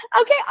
Okay